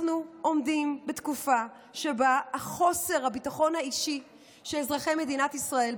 אנחנו עומדים בתקופה שבה חוסר הביטחון האישי של אזרחי מדינת ישראל,